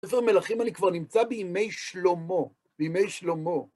ספר מלאכים אני כבר נמצא בימי שלומו, בימי שלומו.